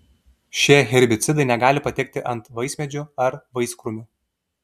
šie herbicidai negali patekti ant vaismedžių ar vaiskrūmių